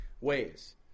ways